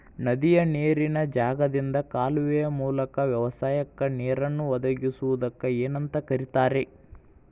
ನದಿಯ ನೇರಿನ ಜಾಗದಿಂದ ಕಾಲುವೆಯ ಮೂಲಕ ವ್ಯವಸಾಯಕ್ಕ ನೇರನ್ನು ಒದಗಿಸುವುದಕ್ಕ ಏನಂತ ಕರಿತಾರೇ?